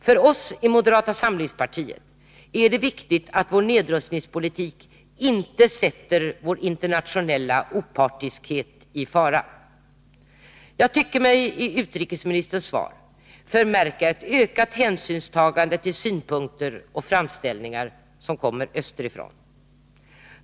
För oss i moderata samlingspartiet är det viktigt att vår nedrustningspolitik inte sätter vår internationella opartiskhet i fara. Jag tycker mig i utrikesministerns svar förmärka ett ökat hänsynstagande till synpunkter och framställningar som kommer österifrån.